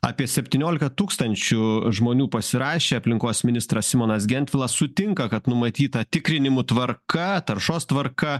apie septyniolika tūkstančių žmonių pasirašė aplinkos ministras simonas gentvilas sutinka kad numatyta tikrinimų tvarka taršos tvarka